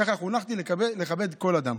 כך חונכתי, לכבד כל אדם.